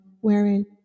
wherein